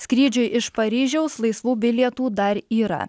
skrydžiui iš paryžiaus laisvų bilietų dar yra